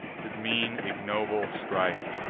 t is mean ignoble strife.